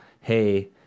hey